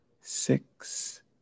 six